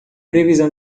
previsão